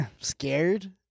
scared